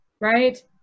right